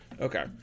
okay